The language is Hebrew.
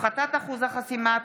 הפחתת אחוז החסימה),